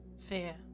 fear